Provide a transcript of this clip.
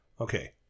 Okay